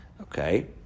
Okay